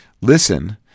listen